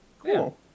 cool